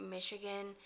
Michigan